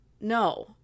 no